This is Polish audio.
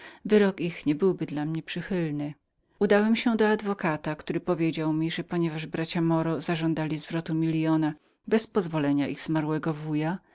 negocyantów ich sąd nie byłby dla mnie przychylnym udałem się do adwokata który powiedział mi że ponieważ bracia moro zażądali zwrotu milionu bez pozwolenia ich zmarłego wuja